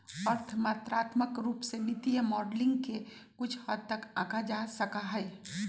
अर्थ मात्रात्मक रूप से वित्तीय मॉडलिंग के कुछ हद तक आंका जा सका हई